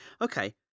okay